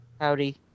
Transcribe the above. Howdy